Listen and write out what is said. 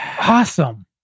Awesome